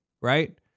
right